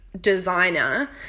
designer